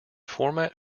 format